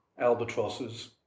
albatrosses